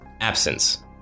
absence